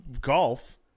golf